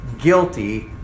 guilty